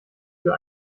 für